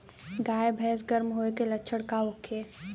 गाय भैंस गर्म होय के लक्षण का होखे?